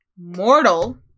Mortal